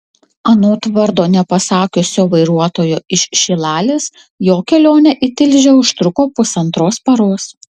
anot vardo nepasakiusio vairuotojo iš šilalės jo kelionė į tilžę užtruko pusantros paros